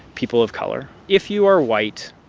people of color. if you are white,